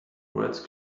words